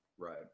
Right